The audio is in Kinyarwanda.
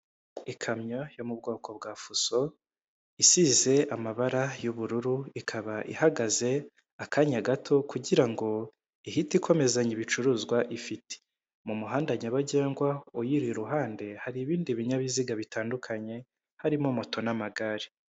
Ikamyo yo mu bwoko bwa fuso isize amabara y'ubururu, ikaba ihagaze akanya gato kugira ngo ihite ikomezanya ibicuruzwa ifite, mu muhanda nyabagendwa uyiri iruhande hari ibindi binyabiziga bitandukanye harimo moto n'amagare.